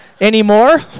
anymore